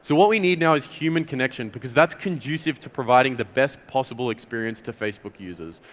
so what we need now is human connection because that's conducive to providing the best possible experience to facebook users.